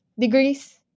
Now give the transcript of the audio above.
degrees